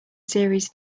series